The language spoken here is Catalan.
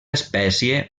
espècie